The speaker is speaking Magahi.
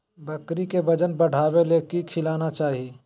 बकरी के वजन बढ़ावे ले की खिलाना चाही?